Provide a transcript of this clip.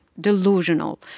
delusional